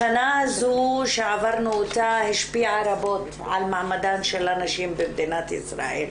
השנה הזו שעברנו אותה השפיעה רבות על מעמדן שלהנשים במדינת ישראל.